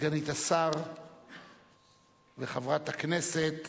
סגנית השר חברת הכנסת